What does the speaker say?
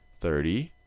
thirty,